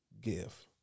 give